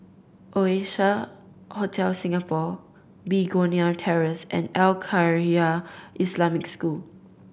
Oasia Hotel Singapore Begonia Terrace and Al Khairiah Islamic School